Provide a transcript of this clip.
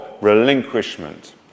relinquishment